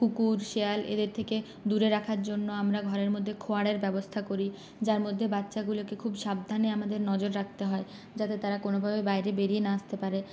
কুকুর শেয়াল এদের থেকে দূরে রাখার জন্য আমরা ঘরের মধ্যে খোঁয়াড়ের ব্যবস্থা করি যার মধ্যে বাচ্চাগুলোকে খুব সাবধানে আমাদের নজর রাখতে হয় যাতে তারা কোনোভাবে বাইরে বেরিয়ে না আসতে পারে